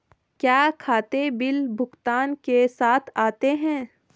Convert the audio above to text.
क्या खाते बिल भुगतान के साथ आते हैं?